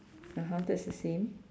(uh huh) that's the same